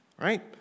Right